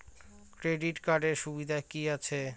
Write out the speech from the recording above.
Credit কার্ডের সুবিধা কি আছে?